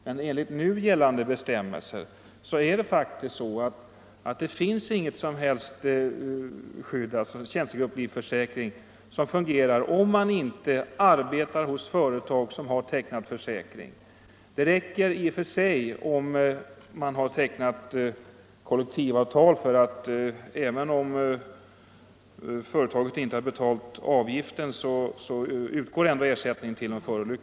Men enligt nu gällande bestämmelser finns det inget som helst skydd i form av tjänstegrupplivförsäkring som fungerar om man inte arbetar hos företag som tecknat försäkring. Det räcker i och för sig om kollektivavtal har tecknats, eftersom ersättning utgår till de efterlevande även om företaget inte har betalat avgifterna för försäkringen.